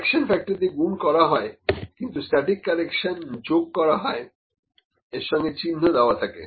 correction factor দিয়ে গুন করা হয় কিন্তু স্ট্যাটিক কারেকশন যোগ করা হয় এর সঙ্গে চিহ্ন দেওয়া থাকে